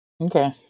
okay